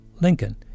Lincoln